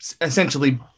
essentially